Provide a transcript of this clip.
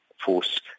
force